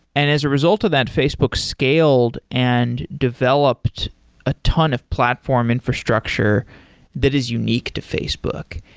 and as a result of that, facebook scaled and developed a ton of platform infrastructure that is unique to facebook.